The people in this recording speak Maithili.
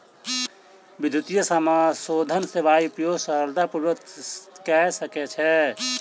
विद्युतीय समाशोधन सेवाक उपयोग सरलता पूर्वक कय सकै छै